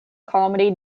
comedy